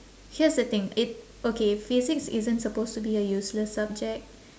here's the thing it okay physics isn't suppose to be a useless subject